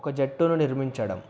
ఒక జట్టును నిర్మించడం